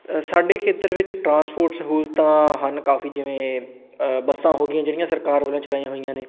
ਅ ਸਾਡੇ ਖੇਤਰ ਵਿੱਚ ਟਰਾਂਸਪੋਰਟ ਸਹੂਲਤਾਂ ਹਨ ਕਾਫੀ ਜਿਵੇਂ ਬੱਸਾਂ ਹੋ ਗਈਆਂ ਜਿਹੜੀਆਂ ਸਰਕਾਰ ਵੱਲੋਂ ਚਲਾਈਆਂ ਹੋਈਆਂ ਨੇ